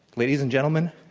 ladies and gentlemen,